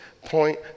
point